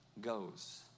goes